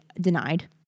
denied